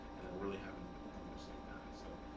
and that we're really having the the most impact. so,